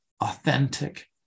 authentic